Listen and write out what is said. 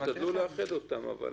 ישתדלו לאחד אותם אבל